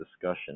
discussion